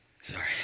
Sorry